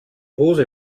hose